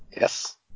Yes